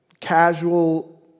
casual